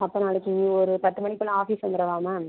அப்புறம் நாளைக்கு ஒரு பத்து மணிக்குள்ளே ஆஃபீஸ் வந்துரவா மேம்